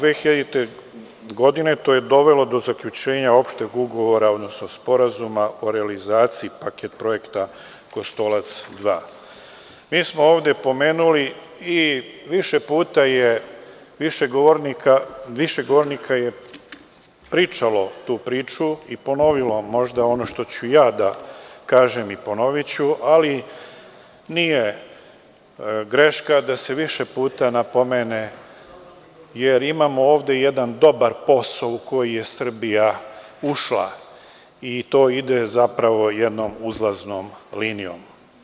To je dovelo 22. jula 2000. godine do zaključenja opšteg ugovora, odnosno Sporazuma o realizaciji paket projekta Kostolac 2. Mi smo ovde pomenuli i više puta je više govornika pričalo tu priču i ponovilo možda ono što ću ja da kažem i ponoviću, ali nije greška da se više puta napomene, jer imamo ovde jedan dobar posao u koji je Srbija ušla i to ide zapravo jednom uzlaznom linijom.